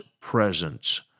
presence